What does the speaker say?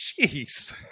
Jeez